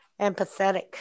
empathetic